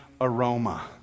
aroma